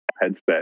headset